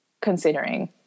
considering